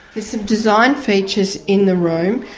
there's some design features in the room,